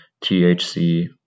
THC